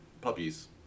puppies